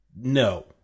No